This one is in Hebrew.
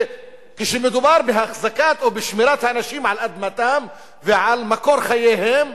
וכשמדובר בהחזקת או בשמירת האנשים על אדמתם ועל מקור חייהם